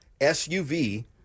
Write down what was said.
SUV